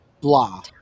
blah